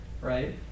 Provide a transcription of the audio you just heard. right